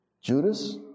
Judas